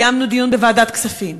קיימנו דיון בוועדת הכספים,